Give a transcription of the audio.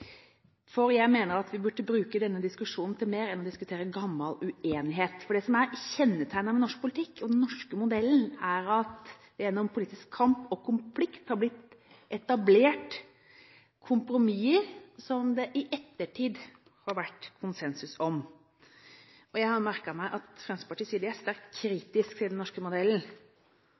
for jeg mener at vi burde bruke denne diskusjonen til mer enn å diskutere gammel uenighet. Det som er kjennetegnet på norsk politikk og den norske modellen, er at det gjennom politisk kamp og konflikt har blitt etablert kompromisser som det i ettertid har vært konsensus om. Jeg har merket meg at Fremskrittspartiet sier de er sterkt kritiske til den norske modellen,